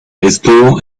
estuvo